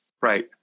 Right